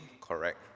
correct